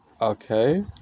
okay